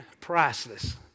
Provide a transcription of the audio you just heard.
priceless